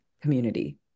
community